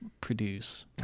produce